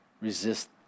resist